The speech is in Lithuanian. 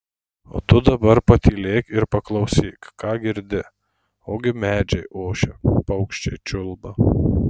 o tu dabar patylėk ir paklausyk ką girdi ogi medžiai ošia paukščiai čiulba